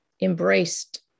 embraced